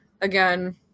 again